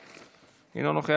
אינו נוכח,